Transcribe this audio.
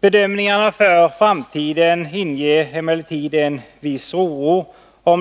Bedömningarna för framtiden inger emellertid en viss oro.